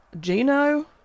Gino